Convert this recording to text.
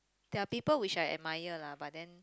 there're people which I admire lah but then